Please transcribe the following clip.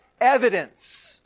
evidence